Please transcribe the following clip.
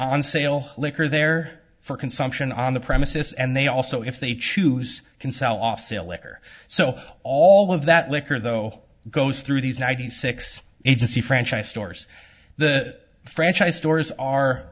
on sale liquor there for consumption on the premises and they also if they choose can sell off sale liquor so all of that liquor though goes through these ninety six agency franchise stores the franchise stores are